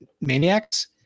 maniacs